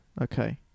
Okay